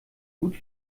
gut